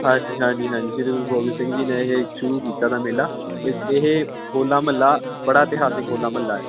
ਹਾਂਜੀ ਹਾਂਜੀ ਹਾਂਜੀ ਸ਼੍ਰੀ ਗੁਰੂ ਗੋਬਿੰਦ ਸਿੰਘ ਜੀ ਨੇ ਇਹ ਸ਼ੁਰੂ ਕੀਤਾ ਤਾ ਮੇਲਾ ਇਹ ਇਹ ਹੋਲਾ ਮਹੱਲਾ ਬੜਾ ਇਤਿਹਾਸਿਕ ਹੋਲਾ ਮਹੱਲਾ ਹੈ